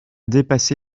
dépassé